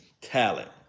talent